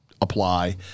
apply